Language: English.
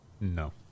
No